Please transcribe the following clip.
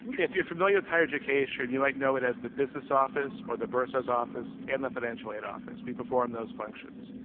if you're familiar with higher education, you might know it as the business office or the bursar's office and the financial aid office. we perform those functions.